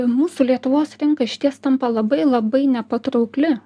mūsų lietuvos rinka išties tampa labai labai nepatraukli